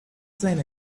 seen